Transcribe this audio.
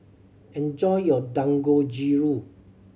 enjoy your Dangojiru